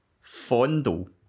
fondle